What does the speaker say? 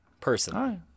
personally